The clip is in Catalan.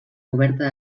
coberta